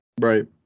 Right